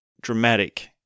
dramatic